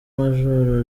majoro